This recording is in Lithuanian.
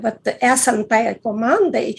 vat esant tai komandai